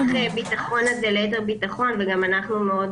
אז עשינו את מרווח הביטחון הזה ליתר ביטחון וגם אנחנו מאוד